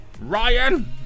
ryan